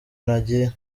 nagiye